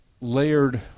layered